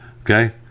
Okay